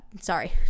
Sorry